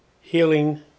Healing